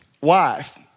wife